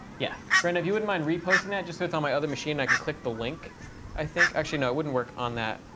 yeah, brenda if you wouldn't and mind reposting that just so it's on my other machine. i can click the link i think actually no, it wouldn't work on that